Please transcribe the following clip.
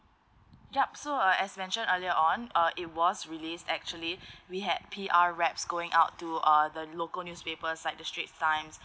yup so uh as mention earlier on uh it was release actually we had P_R reps going out to uh the local newspaper like the straits times